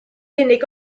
unig